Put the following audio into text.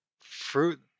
fruit